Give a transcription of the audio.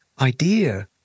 idea